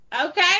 okay